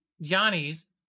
Johnny's